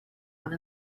one